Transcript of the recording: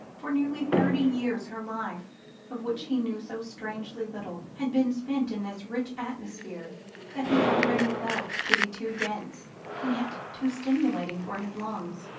for nearly thirty years, her life of which he knew so strangely little had been spent in this rich atmosphere that he already felt to be too dense and yet too stimulating for his lungs.